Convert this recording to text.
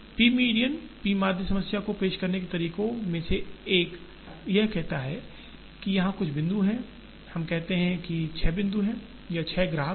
P median p माध्य समस्या को पेश करने के तरीकों में से एक यह कहता है कि यहाँ कुछ बिंदु हैं हम कहते हैं कि 6 बिंदु हैं या 6 ग्राहक हैं